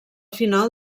final